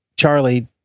Charlie